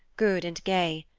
good and gay.